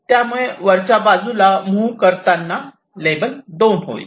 त्यामुळे वरच्या बाजूला मुव्ह करताना लेबल 2 होईल